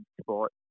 sport